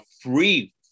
free